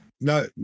no